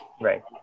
Right